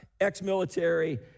ex-military